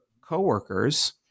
coworkers